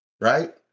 right